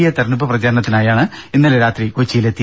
A തെരഞ്ഞെടുപ്പ് പ്രചാരണത്തിനായി ഇന്നലെ രാത്രി കൊച്ചിയിലെത്തി